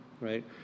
right